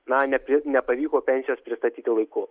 na nepri nepavyko pensijos pristatyti laiku